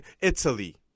Italy